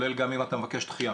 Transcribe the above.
גם אם אתה מבקש דחייה,